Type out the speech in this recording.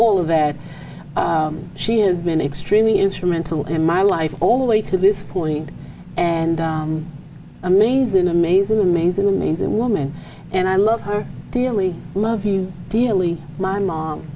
all of that she has been extremely instrumental in my life all the way to this point and amazing amazing amazing amazing woman and i love her dearly love you dearly my mom